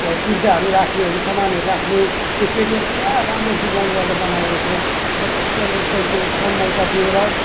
पुर्जाहरू राख्नेहरू सामानहरू राख्ने त्यो केरियर क्या राम्रो डिजाइन गरेर बनाएको रहेछ मजाले एकदम त्यो सन्माइका दिएर